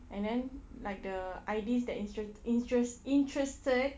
and then like the I_Ds that instruct interest interested